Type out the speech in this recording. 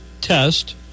test